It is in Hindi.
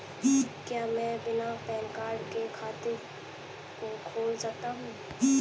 क्या मैं बिना पैन कार्ड के खाते को खोल सकता हूँ?